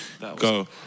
go